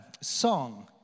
song